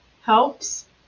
helps